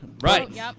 Right